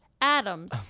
Adams